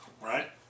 right